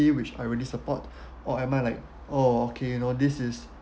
which I really support or am I like orh okay you know this is